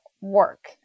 work